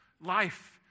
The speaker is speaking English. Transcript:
life